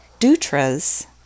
Dutra's